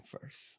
first